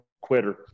quitter